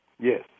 Yes